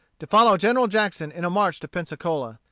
to follow general jackson in a march to pensacola.